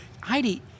Heidi